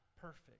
perfect